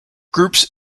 groups